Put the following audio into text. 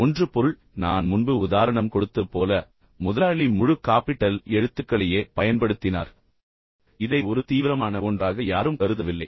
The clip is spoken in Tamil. ஒன்று பொருள் நான் முன்பு உதாரணம் கொடுத்தது போல முதலாளி முழு காப்பிட்டல் எழுத்துக்களையே பயன்படுத்தினார் இதை ஒரு தீவிரமான ஒன்றாக யாரும் கருதவில்லை